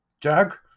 Jack